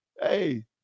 hey